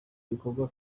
bikorwa